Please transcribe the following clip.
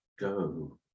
go